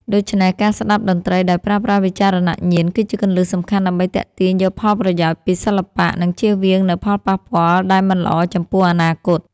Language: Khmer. ដូច្នេះ ការស្ដាប់តន្ត្រីដោយប្រើប្រាស់វិចារណញ្ញាណ គឺជាគន្លឹះសំខាន់ដើម្បីទាញយកផលប្រយោជន៍ពីសិល្បៈ និងជៀសវាងនូវផលប៉ះពាល់ដែលមិនល្អចំពោះអនាគត។